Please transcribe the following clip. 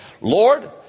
Lord